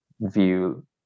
view